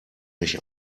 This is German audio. mich